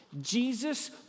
Jesus